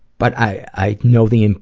but i, i know the, and